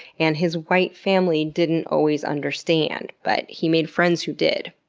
and his white family didn't always understand. but he made friends who did.